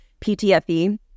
PTFE